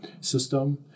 system